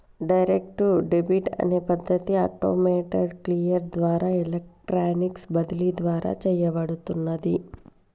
direct debit అనే పద్ధతి automated clear ద్వారా ఎలక్ట్రానిక్ బదిలీ ద్వారా చేయబడుతున్నాది